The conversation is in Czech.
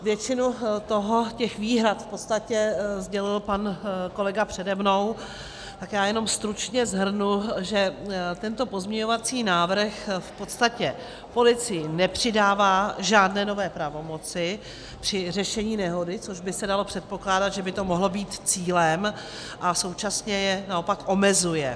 Většinu těch výhrad sdělil pan kolega přede mnou, tak já jenom stručně shrnu, že tento pozměňovací návrh v podstatě policii nepřidává žádné nové pravomoci při řešení nehody, což by se dalo předpokládat, že by to mohlo být cílem, a současně je naopak omezuje.